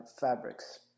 fabrics